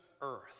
earth